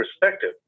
perspective